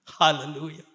Hallelujah